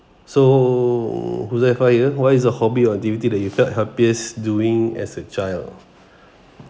so huzaifal here what is a hobby or duty that you felt happiest doing as a child